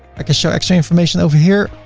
i can show extra information over here,